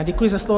Děkuji za slovo.